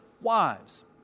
wives